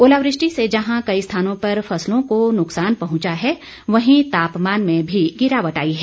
ओलावृष्टि से जहां कई स्थानों पर फसलों को नुकसान पंहुचा है वहीं तापमान में भी गिरावट आई है